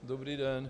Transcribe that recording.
Dobrý den.